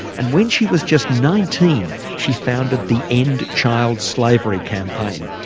and when she was just nineteen, she founded the end child slavery campaign.